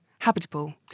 habitable